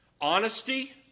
Honesty